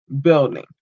Building